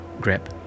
Grip